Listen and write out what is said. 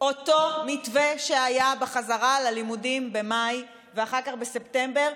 אותו מתווה שהיה בחזרה ללימודים במאי ואחר כך בספטמבר,